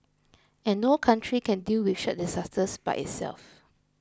and no country can deal with such disasters by itself